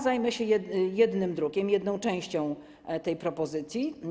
Zajmę się jednym drukiem, jedną częścią tej propozycji.